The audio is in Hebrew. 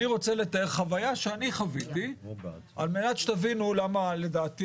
אני רוצה לתאר חוויה שאני חוויתי על מנת שתבינו למה לדעתי